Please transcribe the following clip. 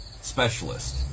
specialist